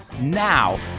Now